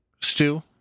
stew